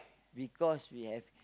because we have